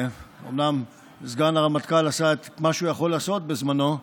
אומנם סגן הרמטכ"ל עשה את מה שהוא יכול לעשות בזמנו,